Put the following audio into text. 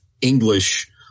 English